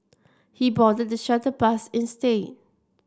he boarded the shuttle bus instead